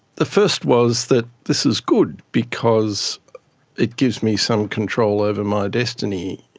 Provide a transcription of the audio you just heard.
the first was that this is good because it gives me some control over my destiny,